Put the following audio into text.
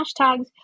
hashtags